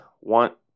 want